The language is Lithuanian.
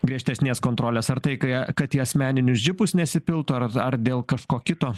griežtesnės kontrolės ar tai kai je kad į asmeninius džipus nesipiltų ar ar dėl kažko kito